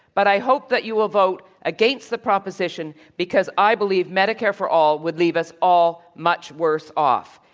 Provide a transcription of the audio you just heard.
but i hope that you will vote against the proposition because i believe medicare for all would leave us all much worse off.